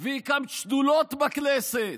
והקמת שדולות בכנסת,